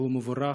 והוא מבורך.